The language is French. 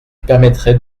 permettrait